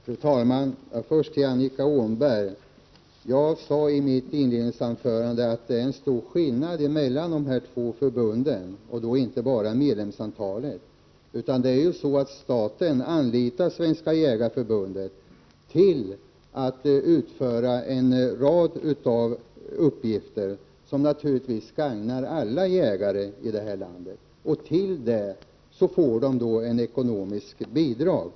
Fru talman! Först till Annika Åhnberg: Jag sade i mitt inledningsanförande att det är en stor skillnad mellan de två förbunden och då inte bara i fråga om medlemsantalet. Staten anlitar Svenska jägareförbundet till att utföra en rad uppgifter som naturligtvis gagnar alla jägare i landet. Till det får förbundet ett ekonomiskt bidrag.